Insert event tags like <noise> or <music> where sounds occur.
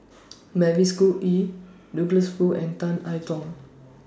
<noise> Mavis Khoo Oei Douglas Foo and Tan I Tong